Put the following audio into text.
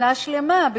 שנה שלמה,